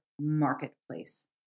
marketplace